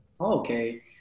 Okay